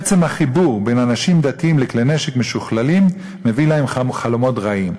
עצם החיבור בין אנשים דתיים לכלי נשק משוכללים מביא להם חלומות רעים.